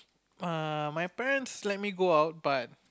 err my parents let me go out but